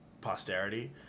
posterity